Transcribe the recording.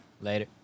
Later